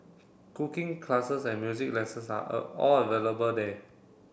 cooking classes and music lessons are all available there